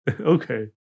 Okay